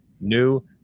new